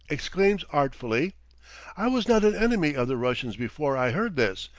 exclaims artfully i was not an enemy of the russians before i heard this,